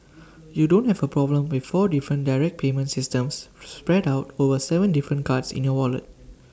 you don't have A problem with four different direct payment systems spread out over Seven different cards in your wallet